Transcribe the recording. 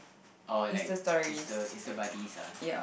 or like Insta Insta buddies ah